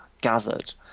gathered